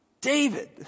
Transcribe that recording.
David